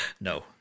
No